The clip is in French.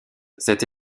cette